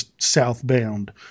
southbound